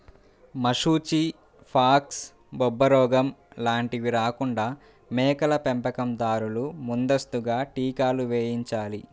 మశూచి, ఫాక్స్, బొబ్బరోగం లాంటివి రాకుండా మేకల పెంపకం దారులు ముందస్తుగా టీకాలు వేయించాలి